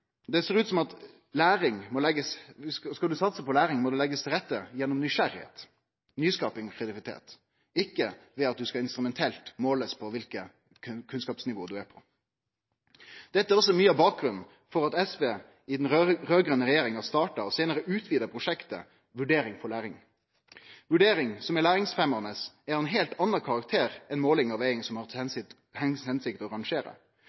Det ser ut som at skal ein satse på læring, må det bli lagt til rette gjennom nysgjerrigheit, nyskaping og kreativitet, ikkje ved at ein instrumentelt skal bli målt på kva kunnskapsnivå ein er på. Dette er òg mykje av bakgrunnen for at SV i den raud-grøne regjeringa starta og seinare utvida prosjektet Vurdering for læring. Vurdering som er læringsfremmande er av ein heilt anna karakter enn måling og veging som har til hensikt å